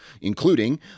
including